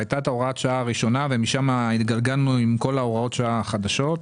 הייתה הוראת שעה ראשונה ומשם התגלגלנו עם כל ההוראות החדשות.